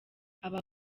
aba